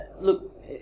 Look